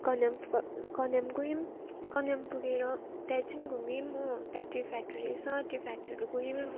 कन्याम क कन्याम गयौँ कन्याम पुगेर त्यहाँ एकछिन घुम्यौँ हो त्यहाँ टी फ्याक्ट्री रहेस त्यो फ्याक्ट्रीहरू गयौँ